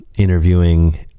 interviewing